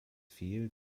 fehl